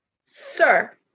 Sir